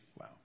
Wow